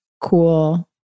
cool